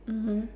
mmhmm